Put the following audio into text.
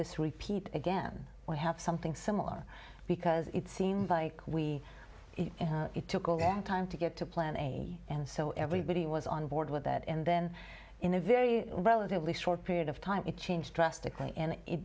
this repeat again when have something similar because it seemed like we it took all that time to get to plan a and so everybody was on board with that and then in a very relatively short period of time it changed drastically and it